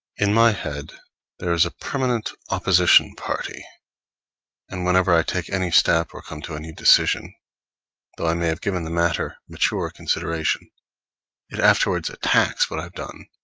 in my head there is a permanent opposition-party and whenever i take any step or come to any decision though i may have given the matter mature consideration it afterwards attacks what i have done,